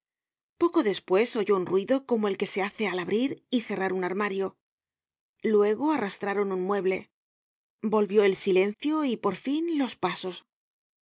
poco despues oyó un ruido como el que se hace al abrir y cerrar un armario luego arrastraron un mueble volvió el silencio y por fin los pasos